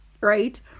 Right